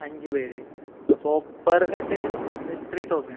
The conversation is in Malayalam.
അഞ്ച് പേർ അപ്പോൾ പെർ ഹെഡ് ത്രീ തൗസൻഡ്